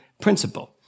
principle